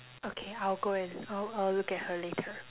okay I'll go and I'll I'll look at her later